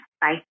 Bye